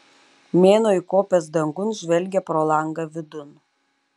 mėnuo įkopęs dangun žvelgia pro langą vidun